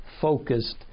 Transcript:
focused